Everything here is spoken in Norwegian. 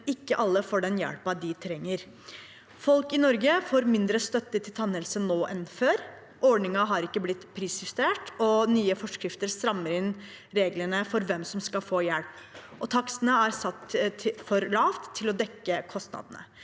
men mange får ikke den hjelpa de trenger. Folk i Norge får mindre støtte til tannhelse nå enn før. Ordninga har ikke blitt prisjustert, nye forskrifter strammer inn reglene for hvem som skal få hjelp, og takstene er satt for lavt til å dekke kostnadene.